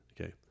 Okay